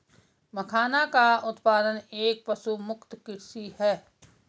मखाना का उत्पादन एक पशुमुक्त कृषि है